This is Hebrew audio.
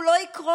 הוא לא יקרוס.